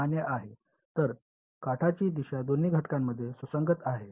तर काठाची दिशा दोन्ही घटकांमध्ये सुसंगत आहे